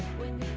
when